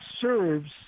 serves